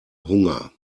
hunger